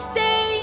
Stay